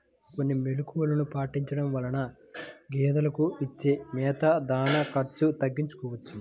కొన్ని మెలుకువలు పాటించడం వలన గేదెలకు ఇచ్చే మేత, దాణా ఖర్చు తగ్గించుకోవచ్చును